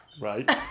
Right